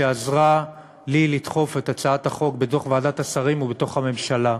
שעזרה לי לדחוף את הצעת החוק בתוך ועדת השרים ובתוך הממשלה.